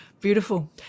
Beautiful